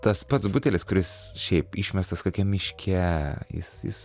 tas pats butelis kuris šiaip išmestas kokiam miške jis jis